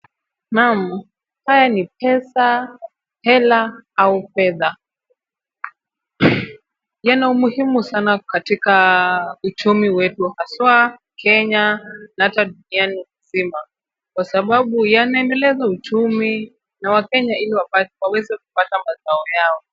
Naam, haya ni pesa, hela au fedha. Yana umuhimu sana katika uchumi wetu haswa Kenya na hata duniani mzima kwa sababu yanaendeleza uchumi na wakenya ili waweze kupata mazao yao.